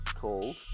called